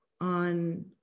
on